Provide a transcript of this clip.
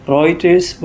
Reuters